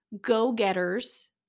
go-getters